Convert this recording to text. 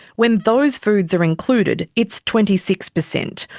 when those foods are included, it's twenty six percent,